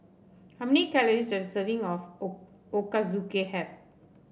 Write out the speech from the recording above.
how many calories does a serving of O Ochazuke have